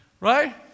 Right